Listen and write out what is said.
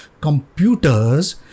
computers